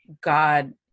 God